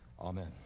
amen